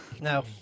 No